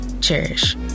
Cherish